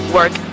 Work